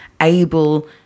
able